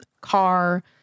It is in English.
car